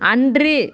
அன்று